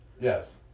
Yes